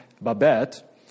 Babette